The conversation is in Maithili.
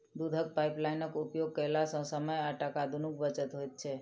दूधक पाइपलाइनक उपयोग कयला सॅ समय आ टाका दुनूक बचत होइत छै